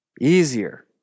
easier